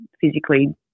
physically